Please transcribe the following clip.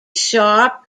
sharp